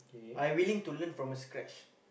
I willing to learn from the scratch